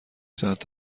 ساعت